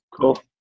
Cool